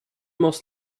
most